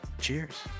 Cheers